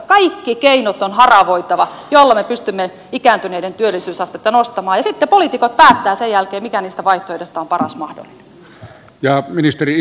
kaikki keinot on haravoitava joilla me pystymme ikääntyneiden työllisyysastetta nostamaan ja sitten poliitikot päättävät sen jälkeen mikä niistä vaihtoehdoista on paras mahdollinen